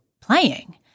playing